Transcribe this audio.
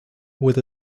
with